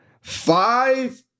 five